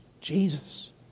Jesus